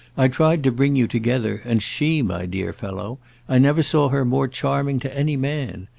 i tried to bring you together, and she, my dear fellow i never saw her more charming to any man.